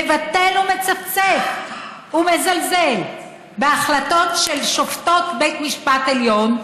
מבטל ומצפצף ומזלזל בהחלטות של שופטות בית משפט עליון,